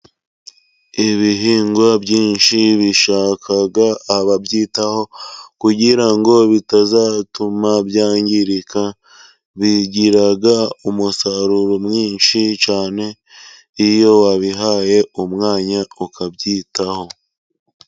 Ibihingwa byinshi bishaka ababyitaho kugira ngo bitazatuma byangirika. Bigira umusaruro mwinshi cyane iyo wabihaye umwanya ukabyitaho.